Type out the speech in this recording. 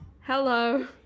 Hello